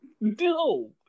No